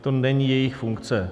To není jejich funkce.